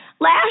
last